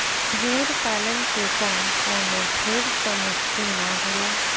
भेड़ पालन के काम कवनो ढेर त मुश्किल ना होला